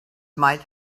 might